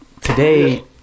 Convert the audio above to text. today